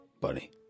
buddy